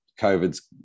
COVID's